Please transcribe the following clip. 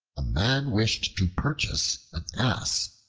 a man wished to purchase an ass,